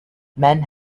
men